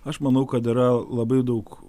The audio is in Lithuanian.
aš manau kad yra labai daug